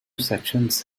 sections